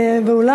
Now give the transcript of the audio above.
באולם.